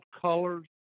colors